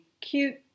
cute